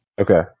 Okay